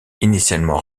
initialement